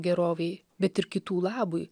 gerovei bet ir kitų labui